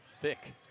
thick